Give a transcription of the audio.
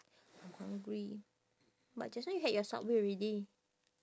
I'm hungry but just now you had your subway already